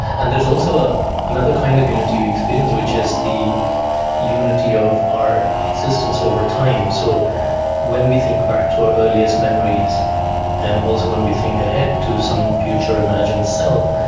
and there's also ah another kind of unity we experience which is the unity of our existence over time. so when we think back to our earliest memories and also when we think ahead to some future imagined self,